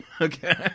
Okay